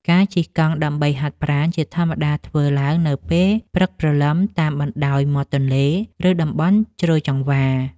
ការជិះកង់ដើម្បីហាត់ប្រាណ ជាធម្មតាធ្វើឡើងនៅពេលព្រឹកព្រលឹមតាមបណ្ដោយមាត់ទន្លេ ឬតំបន់ជ្រោយចង្វារ។